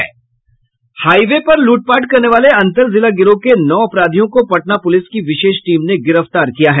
high वे पर लूटपाट करने वाले अंतर जिला गिरोह के नौ अपराधियों को पटना पुलिस की विशेष टीम ने गिरफ्तार किया है